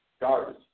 garbage